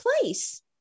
place